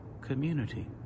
community